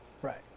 right